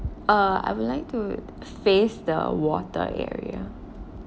uh I would like to face the water area